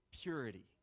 purity